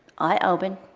i opened